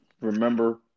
Remember